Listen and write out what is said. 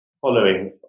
following